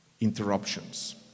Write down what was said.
interruptions